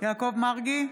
יעקב מרגי,